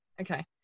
Okay